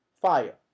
fire